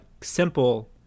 simple